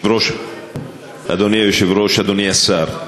אדוני היושב-ראש, אדוני השר,